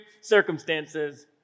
circumstances